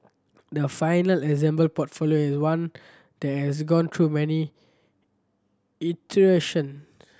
the final assembled portfolio is one that has gone through many iteration